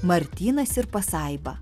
martynas ir pasaiba